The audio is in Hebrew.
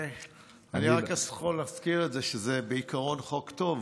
אני רק יכול להזכיר שבעיקרון זה חוק טוב,